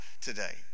today